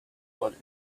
blood